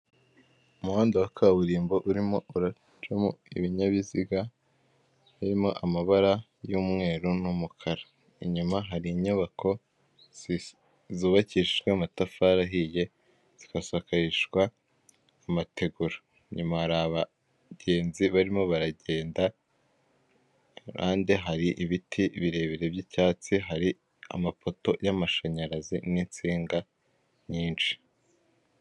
Umuhanda wa kaburimbo urimo uracamo ibinyabiziga birimo amabara y'umweru, n'umukara, inyuma hari inyubako zubakishijwe amatafari ahiye zikasakarishwa amategura nyuma hari abagenzi barimo baragenda kuruhande hari ibiti birebire by'icyatsi hari amapoto y'amashanyarazi n'insinga nyinshi.